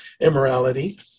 immorality